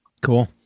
Cool